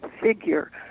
figure